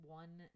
one